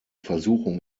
versuchung